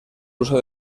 uso